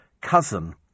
cousin